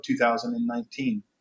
2019